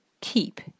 keep